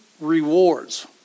rewards